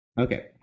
Okay